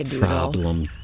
problem